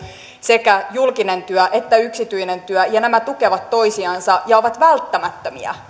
sekä julkinen työ että yksityinen työ ja nämä tukevat toisiansa ja ovat välttämättömiä